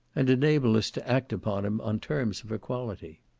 and enable us to act upon him on terms of equality.